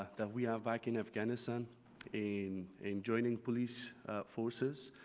that we have back in afghanistan in in joining police forces,